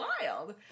wild